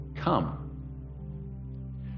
come